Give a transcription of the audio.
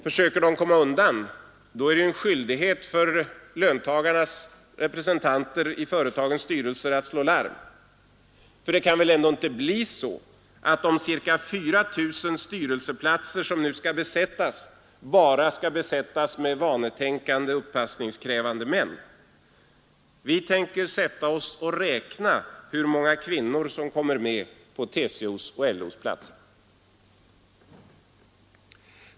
Försöker de att komma undan, så är det en skyldighet för löntagarnas representanter i företagens styrelser att slå larm. Ty det kan väl ändå inte vara så att de cirka 4 000 styrelseplatserna skall besättas med bara vanetänkande, uppassningskrävande män. Vi tänker räkna hur många kvinnor som kommer med på LO:s och TCO: platser.